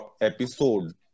episode